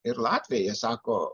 ir latviai jie sako